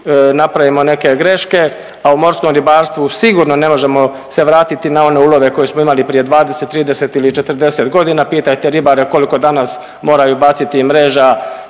napravimo neke greške, a u morskom ribarstvu sigurno ne možemo se vratiti na one ulove koje smo imali prije 20, 30 ili 40 godina. Pitajte ribare koliko danas moraju baciti mreža